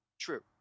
True